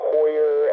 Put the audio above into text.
Hoyer